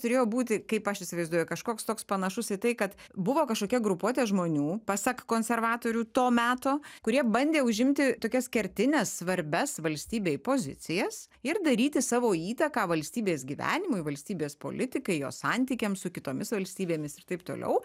turėjo būti kaip aš įsivaizduoju kažkoks toks panašus į tai kad buvo kažkokia grupuotė žmonių pasak konservatorių to meto kurie bandė užimti tokias kertines svarbias valstybei pozicijas ir daryti savo įtaką valstybės gyvenimui valstybės politikai jos santykiams su kitomis valstybėmis ir taip toliau